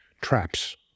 traps